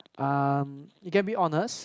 um he can be honest